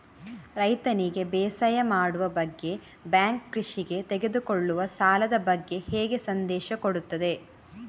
ರೈತನಿಗೆ ಬೇಸಾಯ ಮಾಡುವ ಬಗ್ಗೆ ಬ್ಯಾಂಕ್ ಕೃಷಿಗೆ ತೆಗೆದುಕೊಳ್ಳುವ ಸಾಲದ ಬಗ್ಗೆ ಹೇಗೆ ಸಂದೇಶ ಕೊಡುತ್ತದೆ?